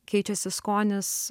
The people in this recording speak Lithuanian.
keičiasi skonis